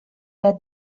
der